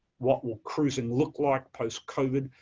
what will cruising look like post covid,